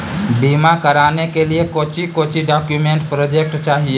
बीमा कराने के लिए कोच्चि कोच्चि डॉक्यूमेंट प्रोजेक्ट चाहिए?